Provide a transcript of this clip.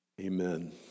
Amen